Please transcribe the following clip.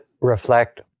reflect